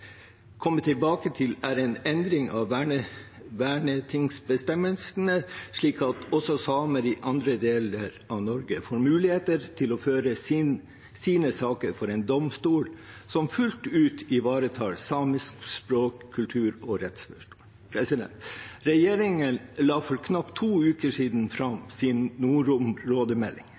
er å endre vernetingsbestemmelsene, slik at også samer i andre deler av Norge får mulighet til å føre sine saker for en domstol som fullt ut ivaretar samisk språk, kultur og rettssikkerhet. Regjeringen la for knapt to uker siden fram sin nordområdemelding.